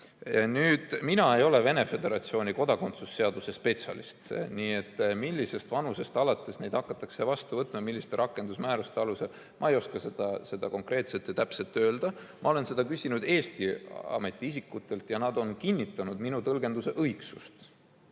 Mina ei ole Venemaa Föderatsiooni kodakondsusseaduse spetsialist. Millisest vanusest alates neid taotlusi hakatakse vastu võtma ja milliste rakendusmääruste alusel, ma ei oska täpselt öelda. Ma olen seda küsinud Eesti ametiisikutelt ja nad on kinnitanud minu tõlgenduse õigsust.